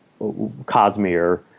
cosmere